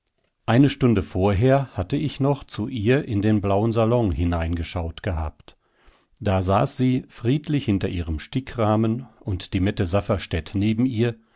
eine stunde vorher hatte ich noch zu ihr in den blauen salon hineingeschaut gehabt da saß sie friedlich hinter ihrem stickrahmen und die mette safferstätt neben ihr